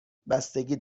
بستگی